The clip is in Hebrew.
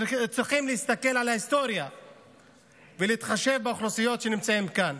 צריכים להסתכל על ההיסטוריה ולהתחשב באוכלוסיות שנמצאות כאן.